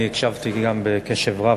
אני הקשבתי גם בקשב רב,